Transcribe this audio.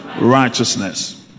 Righteousness